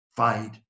Fight